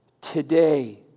today